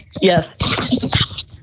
yes